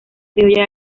criolla